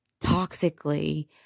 toxically